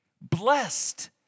blessed